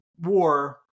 war